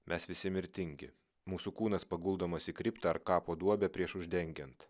mes visi mirtingi mūsų kūnas paguldomas į kriptą ar kapo duobę prieš uždengiant